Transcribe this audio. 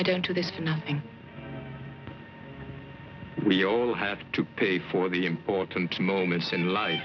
i don't do this nothing we all have to pay for the important moments in life